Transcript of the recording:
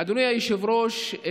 אדוני היושב-ראש,